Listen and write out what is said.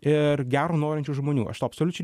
ir gero norinčių žmonių aš to absoliučiai